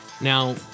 Now